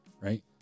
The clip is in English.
right